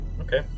okay